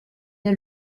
est